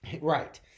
Right